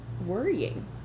worrying